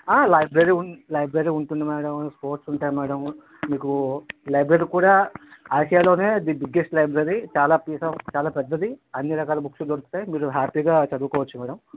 library library ఉంటుంది madam sports ఉంటాయి madam మీకు లైబ్రరీ కూడా ఆసియాలోనే ది బిగ్గెస్ట్ లైబ్రరీ చాలా పీస్ అఫ్ చాలా పెద్దది అన్ని రకాల బుక్స్ దొరుకుతాయి మీరు హ్యాపీగా చదువుకోవచ్చు మ్యాడం